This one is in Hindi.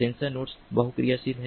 सेंसर नोड्स बहुक्रियाशील हैं